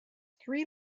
three